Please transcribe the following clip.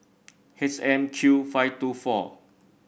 H M Q five two four